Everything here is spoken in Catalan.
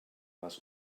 les